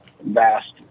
vast